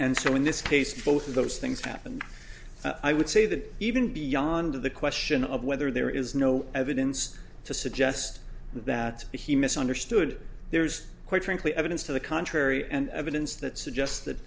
and so in this case both of those things happened i would say that even beyond the question of whether there is no evidence to suggest that he misunderstood there's quite frankly evidence to the contrary and evidence that suggest